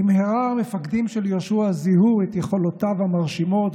במהרה המפקדים של יהושע זיהו את יכולותיו המרשימות,